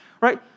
right